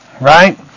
right